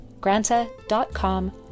Granta.com